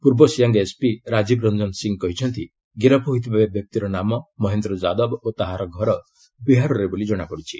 ପୂର୍ବ ସିଆଙ୍ଗ୍ ଏସ୍ପି ରାଜୀବ ରଞ୍ଜନ ସିଂହ କହିଛନ୍ତି ଗିରଫ ହୋଇଥିବା ବ୍ୟକ୍ତିର ନାମ ମହେନ୍ଦ୍ର ଯାଦବ ଓ ତା'ର ଘର ବିହାରରେ ବୋଲି ଜଣାପଡ଼ିଛି